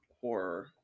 horror